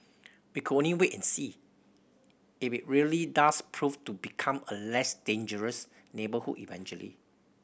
we can only wait and see if it really does prove to become a less dangerous neighbourhood eventually